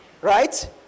Right